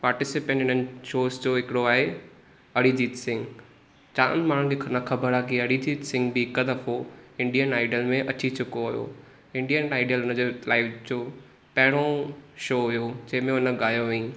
पार्टिसिपेंटनन shows जो हिकिड़ो आहे अरिजीत सिंह जामु माण्हुनि खे न ख़बरु आहे की अरिजीत सिंह बि हिकु दफ़ो इंडीयन आइडल में अची चुको हुयो इंडियन आइडल हुन जी लाइफ जो पहिरियों शो हुयो जंहिंमें हुन ॻायो हुयईं